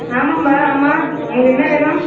ஆமாம்பா ஆமாம் உனக்கு என்ன வேணும்